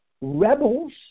rebels